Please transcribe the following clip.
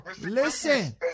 Listen